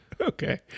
Okay